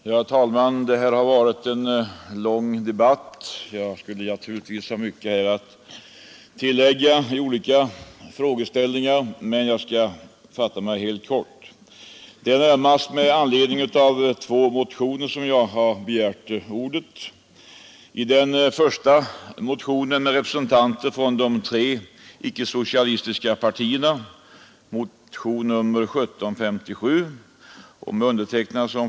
Herr talman! Det här har varit en lång debatt. Jag skulle naturligtvis ha mycket att tillägga beträffande olika frågeställningar, men jag skall fatta mig helt kort. Jag har närmast begärt ordet med anledning av två motioner. Den första motionen, nr 1757, har väckts av representanter från de tre icke-socialistiska partierna och jag står som förste undertecknare.